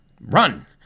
run